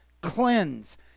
cleanse